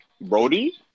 Brody